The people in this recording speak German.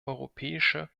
europäische